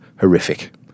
horrific